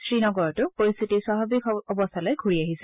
শ্ৰীনগৰতো পৰিস্থিতি স্বাভাৱিক অৱস্থালৈ ঘূৰি আহিছে